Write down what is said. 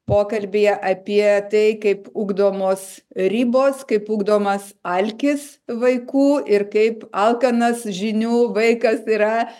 pokalbyje apie tai kaip ugdomos ribos kaip ugdomas alkis vaikų ir kaip alkanas žinių vaikas yra